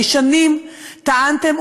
הרי שנים טענתם,